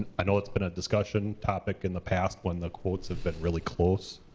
i know it's been a discussion topic in the past, when the quotes have been really close.